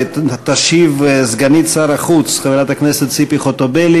ותשיב סגנית שר החוץ חברת הכנסת ציפי חוטובלי.